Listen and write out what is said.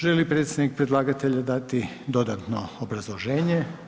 Želi li predsjednik predlagatelja dati dodatno obrazloženje?